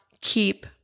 keep